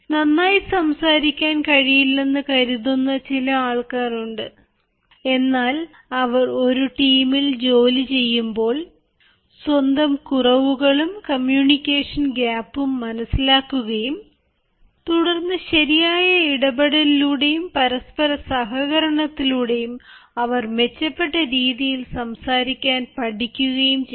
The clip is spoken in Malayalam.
നന്നായി സംസാരിക്കാൻ കഴിയില്ലെന്ന് കരുതുന്ന ചില ആൾകാർ ഉണ്ട് എന്നാൽ അവർ ഒരു ടീമിൽ ജോലി ചെയ്യുമ്പോൾ സ്വന്തം കുറവുകളും കമ്മ്യൂണിക്കേഷൻ ഗ്യാപ്പും മനസ്സിലാക്കുകയും തുടർന്ന് ശരിയായ ഇടപെടലിലൂടെയും പരസ്പര സഹകരണത്തിലൂടെയും അവർ മെച്ചപ്പെട്ട രീതിയിൽ സംസാരിക്കാൻ പഠിക്കുകയും ചെയ്യുന്നു